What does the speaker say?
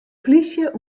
polysje